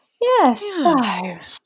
Yes